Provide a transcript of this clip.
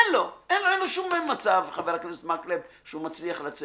אין לו שום מצב, חבר הכנסת מקלב, שהוא מצליח.